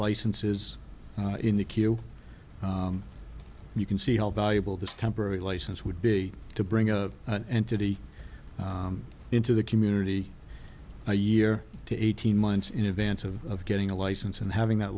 licenses in the queue you can see how valuable this temporary license would be to bring a entity into the community a year to eighteen months in advance of getting a license and having that